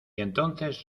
entonces